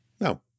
No